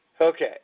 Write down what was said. Okay